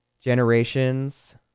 Generations